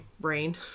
brain